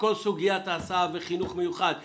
כל סוגיית ההסעה וחינוך מיוחד לזרמים,